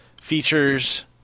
features